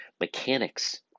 mechanics